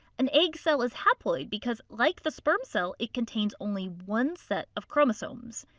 an egg cell is haploid because like the sperm cell, it contains only one set of chromosomes.